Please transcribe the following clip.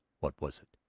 what was it?